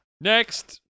Next